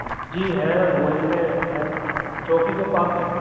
جی ہے وہیں پہ ہے چوکی کے پاس ہے